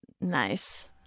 Nice